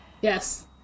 Yes